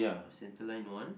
center line one